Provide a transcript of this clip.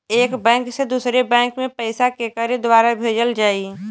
एक बैंक से दूसरे बैंक मे पैसा केकरे द्वारा भेजल जाई?